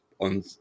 on